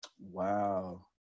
Wow